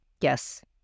Yes